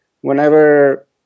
whenever